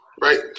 Right